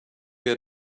have